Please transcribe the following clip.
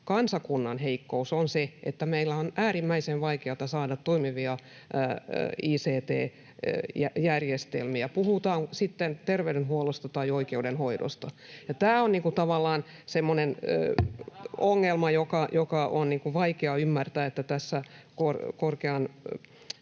kansakunnan heikkous — on se, että meillä on äärimmäisen vaikeata saada toimivia ict-järjestelmiä, puhutaan sitten terveydenhuollosta tai oikeudenhoidosta. [Leena Meri: Se on totta! Kyllä!] Tämä on tavallaan semmoinen ongelma, jota on vaikea ymmärtää, että tässä korkean